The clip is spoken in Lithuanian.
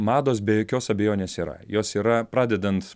mados be jokios abejonės yra jos yra pradedant